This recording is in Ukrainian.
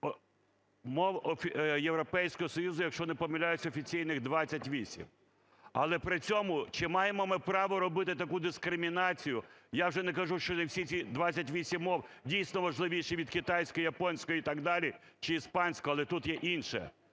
Мов Європейського Союзу, якщо я не помиляюсь, офіційних 28. Але при цьому, чи маємо ми право робити таку дискримінацію? Я вже не кажу, що всі ці 28 мов дійсно важливіші від китайської, японської і так далі, чи іспанської, але тут є інше,